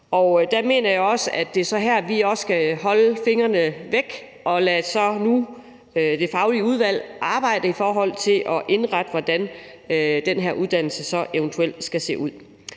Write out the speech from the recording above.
Og der mener jeg, at det så er her, vi skal holde fingrene væk og nu lade det faglige udvalg arbejde i forhold til at indrette, hvordan den her uddannelse så eventuelt skal se ud.